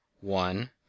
one